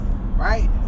Right